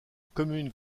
commune